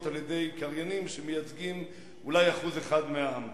על-ידי קריינים שמייצגים אולי אחוז אחד מהעם?